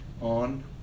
on